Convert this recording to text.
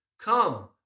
Come